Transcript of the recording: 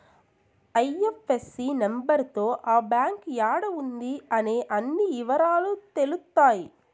IFSC number తో ఆ bank యాడా ఉంది అనే అన్ని ఇవరాలు తెలుత్తాయి